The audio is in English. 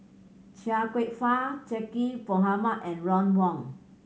Chia Kwek Fah Zaqy Mohamad and Ron Wong